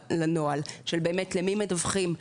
למי מדווחים,